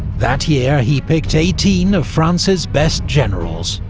that year he picked eighteen of france's best generals,